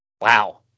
Wow